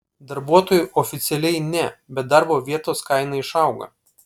darbuotojui oficialiai ne bet darbo vietos kaina išauga